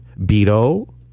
Beto